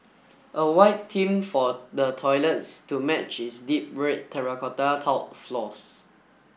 a white theme for the toilets to match its deep red terracotta tiled floors